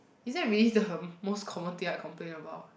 is that really the most common thing I complain about